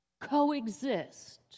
coexist